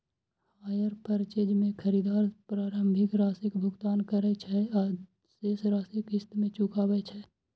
hire purchase मे खरीदार प्रारंभिक राशिक भुगतान करै छै आ शेष राशि किस्त मे चुकाबै छै